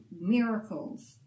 miracles